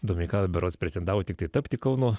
domeikava berods pretendavo tiktai tapti kauno